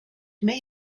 may